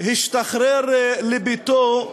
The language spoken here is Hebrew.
השתחרר לביתו,